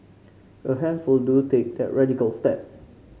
a handful do take that radical step